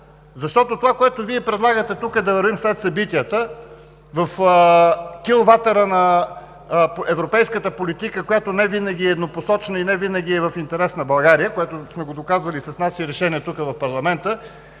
защото това, което Вие предлагате тук – да вървим след събитията, в килватера на европейската политика, която невинаги е еднопосочна и невинаги е в интерес на България, което сме го доказвали и с наши решения тук, в парламента,